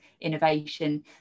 innovation